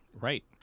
Right